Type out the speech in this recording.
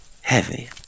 heavy